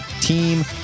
team